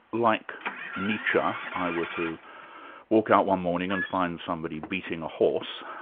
like nietzsche, i were to walk out one morning and find somebody beating a horse,